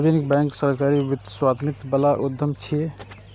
सार्वजनिक बैंक सरकारी स्वामित्व बला उद्यम छियै